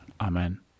Amen